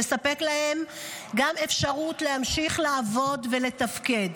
ותספק להם גם אפשרות להמשיך לעבוד ולתפקד.